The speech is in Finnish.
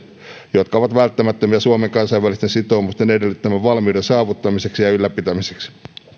jotka ovat välttämättömiä suomen kansainvälisten sitoumusten edellyttämän valmiuden saavuttamiseksi ja ylläpitämiseksi